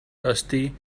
rusty